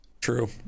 True